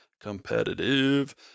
competitive